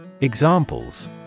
Examples